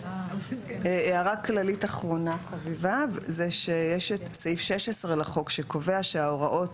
הערה כללית אחרונה חביבה זה שיש את סעיף 16 לחוק שקובע שההוראות,